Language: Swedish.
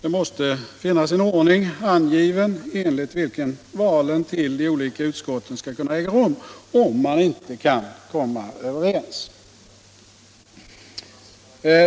Det måste finnas en ordning angiven enligt vilken val till de olika utskotten skall äga rum om man inte kan komma överens.